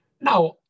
Now